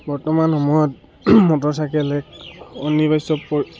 বৰ্তমান সময়ত মটৰ চাইকেলে